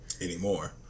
anymore